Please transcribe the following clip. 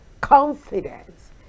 Confidence